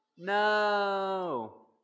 No